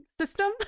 system